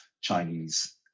Chinese